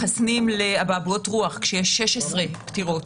מחסנים לאבעבועות רוח כשהיו 16 פטירות